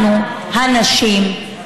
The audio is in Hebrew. אנחנו הנשים,